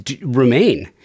remain